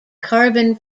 carbon